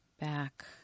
back